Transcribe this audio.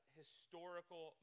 historical